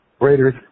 Raiders